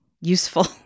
useful